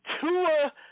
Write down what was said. Tua